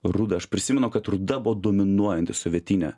ruda aš prisimenu kad ruda buvo dominuojanti sovietinė